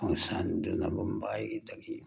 ꯈꯣꯡꯁꯥꯟꯗꯨꯅ ꯃꯨꯝꯕꯥꯏꯗꯒꯤ